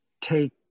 take